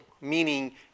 meaning